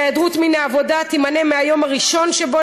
וההיעדרות מן העבודה תימנה מהיום הראשון שבו